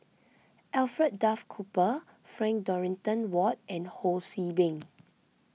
Alfred Duff Cooper Frank Dorrington Ward and Ho See Beng